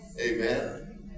Amen